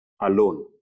alone